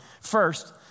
First